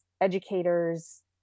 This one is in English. educators